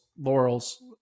laurels